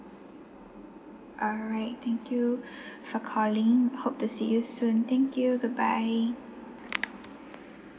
alright thank you for calling hope to see you soon thank you goodbye